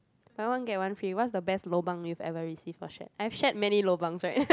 buy one get one free what's the best lobang you've ever received for shared I've shared many lobangs right